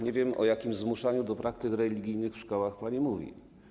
Nie wiem, o jakim zmuszaniu do praktyk religijnych w szkołach pani mówi.